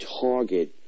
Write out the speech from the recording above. target